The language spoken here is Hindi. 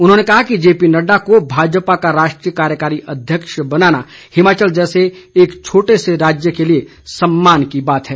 उन्होंने कहा कि जेपीनडडा को भाजपा का राष्ट्रीय कार्यकारी अध्यक्ष बनाना हिमाचल जैसे एक छोटे से राज्य के लिए सम्मान की बात है